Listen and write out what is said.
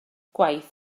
gwaith